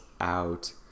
out